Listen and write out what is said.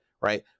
Right